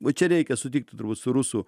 va čia reikia sutikti turbūt su rusų